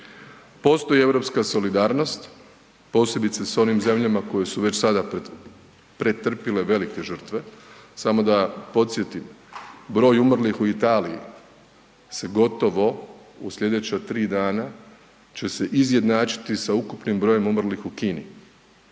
Postoji europska solidarnost, posebice s onim zemljama koje su već sada pretrpile velike žrtve. Samo da podsjetim, broj umrlih u Italiji se gotovo, u slijedeća 3 dana će se izjednačiti sa ukupnim brojem umrlih u Kini,